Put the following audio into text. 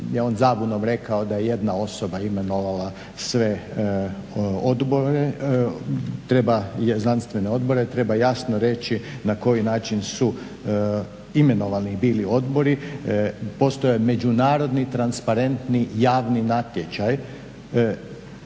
je on zabunom rekao da je jedna osoba imenovala sve odbore, znanstvene odbore. Treba jasno reći na koji način su imenovani bili odbori. Postoje međunarodni, transparentni, javni natječaj